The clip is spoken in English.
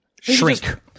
shrink